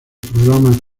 programa